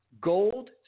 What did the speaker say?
Gold